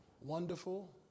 wonderful